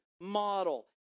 model